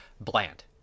bland